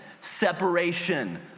separation